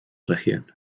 región